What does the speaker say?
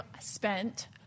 spent